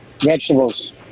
Vegetables